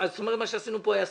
זה אומר שמה שעשינו כאן היה סתם?